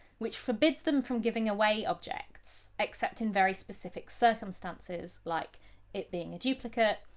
which forbids them from giving away objects except in very specific circumstances, like it being a duplicate,